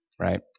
right